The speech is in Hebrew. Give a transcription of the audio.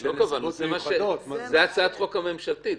לא קבענו, זו הצעת החוק הממשלתית.